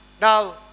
Now